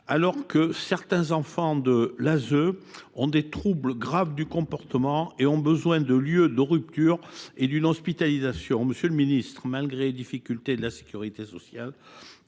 sociale à l’enfance (ASE) souffrent de troubles graves du comportement ; ils ont besoin de lieux de rupture et d’une hospitalisation. Monsieur le ministre, malgré les difficultés de la sécurité sociale,